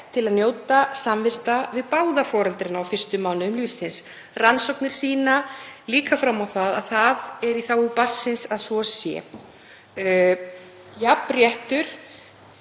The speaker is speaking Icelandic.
til að njóta samvista við þá báða á fyrstu mánuðum lífsins. Rannsóknir sýna líka fram á það að það er í þágu barnsins að svo sé. Jafn réttur